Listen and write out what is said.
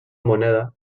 moneda